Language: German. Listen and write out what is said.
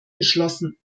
geschlossen